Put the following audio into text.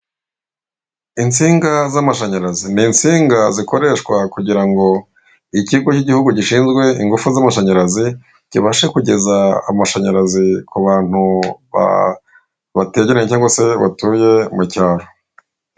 Insinga z'amashanyarazi, n'insinga zikoreshwa kugirango ikigo cy'igihugu gishinzwe ingufu z'amashanyarazi, kibashe kugeza amashanyarazi ku bantu bategeranye cyangwa batuye mu cyaro.